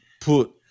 put –